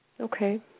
Okay